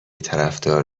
طرفدار